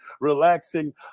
relaxing